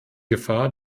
gefahr